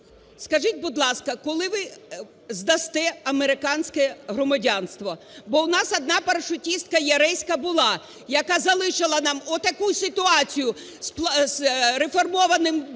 скажіть, будь ласка, коли ви здасте американське громадянство? Бо у нас однапарашутисткаЯресько була, яка залишила нам отаку ситуацію з реформованим боргом,